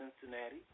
Cincinnati